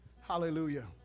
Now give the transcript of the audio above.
Hallelujah